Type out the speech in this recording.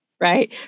right